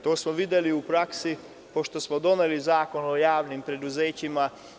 To smo videli u praksi, pošto smo doneli Zakon o javnim preduzećima.